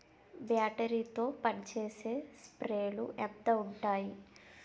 Battery తో పనిచేసే స్ప్రేలు ఎంత ఉంటాయి?